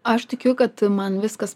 aš tikiu kad man viskas